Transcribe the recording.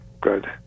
good